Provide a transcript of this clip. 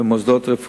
התברר שהם